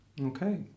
Okay